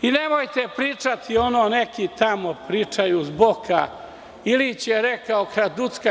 Nemojte pričati ono - neki tamo pričaju s boka, Ilić je rekao kraduckaj.